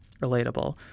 Relatable